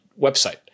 website